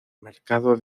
mercado